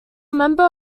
member